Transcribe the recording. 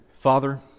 Father